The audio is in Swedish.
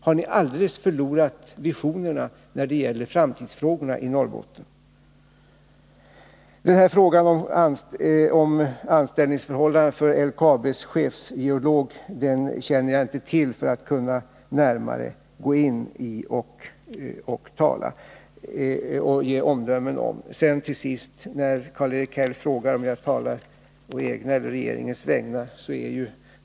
Har ni i Norrbotten alldeles förlorat visionerna när det gäller framtidsfrågorna? Jag känner inte tillräckligt väl till ftrågan om anställningsförhållandena för LKAB:s chefgeolog för att kunna ge omdömen om denna. Till sist: Karl-Erik Häll frågade om jag talade å egna eller å regeringens vägnar.